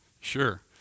Sure